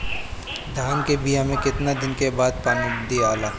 धान के बिया मे कितना दिन के बाद पानी दियाला?